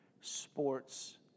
sports